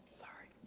sorry